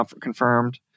confirmed